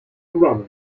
run